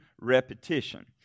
repetition